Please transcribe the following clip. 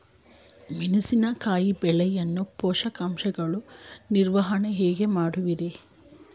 ಮೆಣಸಿನಕಾಯಿ ಬೆಳೆಯಲ್ಲಿ ಪೋಷಕಾಂಶಗಳ ನಿರ್ವಹಣೆ ಹೇಗೆ ಮಾಡುವಿರಿ?